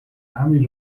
همین